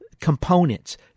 components